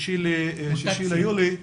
6 ביולי.